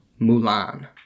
Mulan